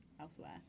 elsewhere